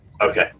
Okay